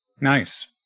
Nice